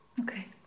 Okay